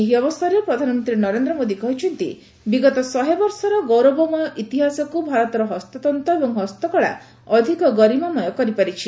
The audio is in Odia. ଏହି ଅବସରରେ ପ୍ରଧାନମନ୍ତୀ ନରେନ୍ଦ ମୋଦୀ କହିଛନ୍ତି ବିଗତ ଶହେ ବର୍ଷର ଗୌରବମୟ ଇତିହାସକୁ ଭାରତର ହସ୍ତତ୍ତ ଏବଂ ହସ୍ତକଳା ଅଧିକ ଗରିମାମୟ କରିପାରିଛି